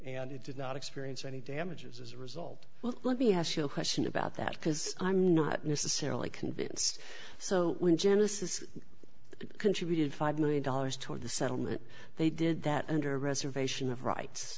and it did not experience any damages as a result well let me ask you a question about that because i'm not necessarily convinced so when genesis is contributed five million dollars toward the settlement they did that under reservation of rights